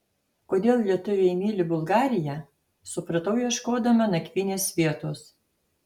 kodėl lietuviai myli bulgariją supratau ieškodama nakvynės vietos